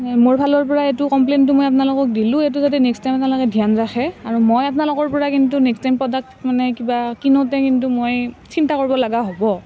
মোৰ ফালৰ পৰা এইটো কমপ্লেইনটো মই আপোনালোকক দিলোঁ এইটো যাতে নেক্সট টাইম আপোনালোকে ধ্যান ৰাখে আৰু মই আপোনালোকৰ পৰা কিন্তু নেক্সট টাইম প্ৰডাক্ট মানে কিবা কিনোঁতে কিন্তু মই চিন্তা কৰিব লগা হ'ব